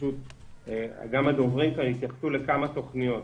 גם הדוברים כאן התייחסו לכמה תוכניות.